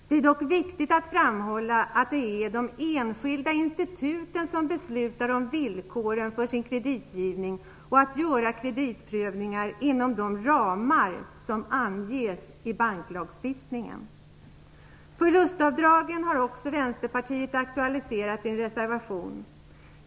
Det är dock viktigt att framhålla att det är de enskilda instituten som beslutar om villkoren för sin kreditgivning och att göra kreditprövningar inom de ramar som anges i banklagstiftningen. Förlustavdragen har också aktualiserats av Vänsterpartiet i en reservation.